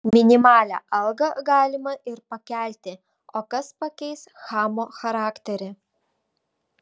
minimalią algą galima ir pakelti o kas pakeis chamo charakterį